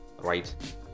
right